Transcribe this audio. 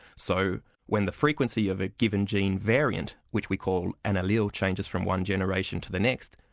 so when the frequency of a given gene variant, which we call an allele changes from one generation to the next,